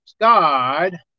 God